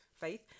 faith